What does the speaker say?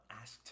asked